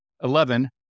Eleven